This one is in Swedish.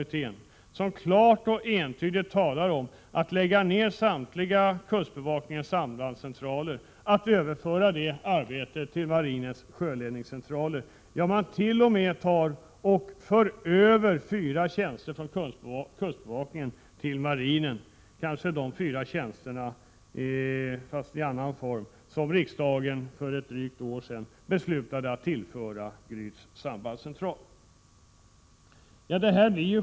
1987/88:122 kommittén där man klart och entydigt talar om en nedläggning av samtliga kustbevakningens sambandscentraler och om överföring av deras verksamhet till marinens sjöledningscentraler. Ja, man vill t.o.m. föra över fyra tjänster från kustbevakningen till marinen — motsvarande det antal tjänster som riksdagen för drygt ett år sedan beslutade att tillföra Gryts sambandscentral.